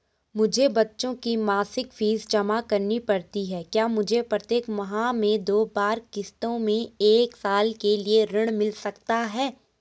मुझे बच्चों की मासिक फीस जमा करनी पड़ती है क्या मुझे प्रत्येक माह में दो बार किश्तों में एक साल के लिए ऋण मिल सकता है?